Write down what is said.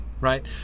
Right